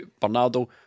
Bernardo